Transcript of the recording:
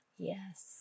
Yes